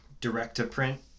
direct-to-print